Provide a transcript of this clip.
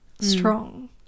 strong